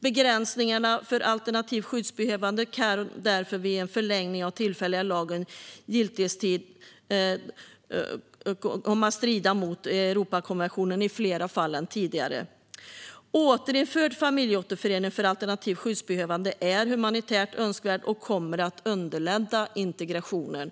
Begränsningarna för alternativt skyddsbehövande kan därför vid en förlängning av den tillfälliga lagens giltighetstid komma att strida mot Europakonventionen i fler fall än tidigare. Återinförd familjeåterförening för alternativt skyddsbehövande är humanitärt önskvärd och kommer att underlätta integrationen.